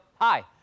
hi